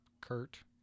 Kurt